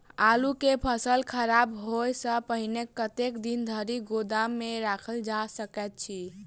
आलु केँ फसल खराब होब सऽ पहिने कतेक दिन धरि गोदाम मे राखल जा सकैत अछि?